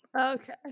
Okay